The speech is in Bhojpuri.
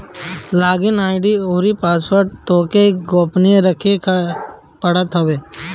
लॉग इन आई.डी अउरी पासवोर्ड तोहके गोपनीय रखे के पड़त हवे